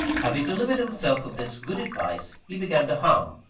having delivered himself of this good advice, he began to hum,